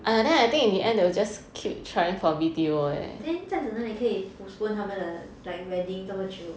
then 这样子哪里可以 like postpone 他们的 wedding 这么久